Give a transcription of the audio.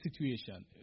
situation